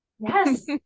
Yes